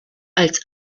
als